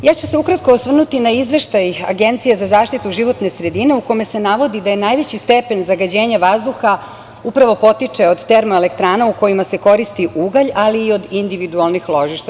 Ukratko ću se osvrnuti na izveštaj Agencije za zaštitu životne sredine, u kome se navodu da najveći stepen zagađenja vazduha upravo potiče od termoelektrana u kojima se koristi ugalj, ali i od individualnih ložišta.